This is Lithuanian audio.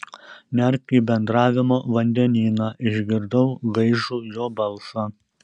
nerk į bendravimo vandenyną išgirdau gaižų jo balsą